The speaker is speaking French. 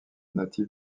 natif